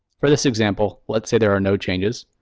for this example, let's say there are no changes.